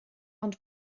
ond